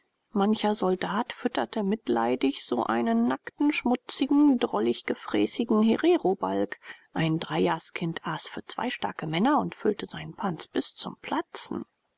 mancher soldat fütterte mitleidig so einen nackten schmutzigen drollig gefräßigen hererobalg ein dreijahrskind aß für zwei starke männer und füllte seinen pans bis zum platzen